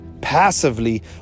passively